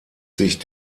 sich